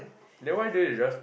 then why don't you just